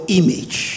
image